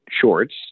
shorts